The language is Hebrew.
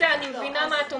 אני מבינה מה את אומרת,